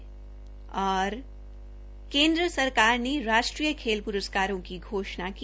केन्द्र सरकार ने राश्ट्रीय खेल पुरस्कारों की घोशणा की